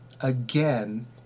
again